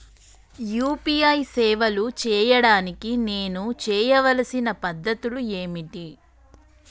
UPI సేవలు చేయడానికి నేను చేయవలసిన పద్ధతులు ఏమిటి?